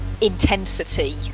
intensity